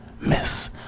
Miss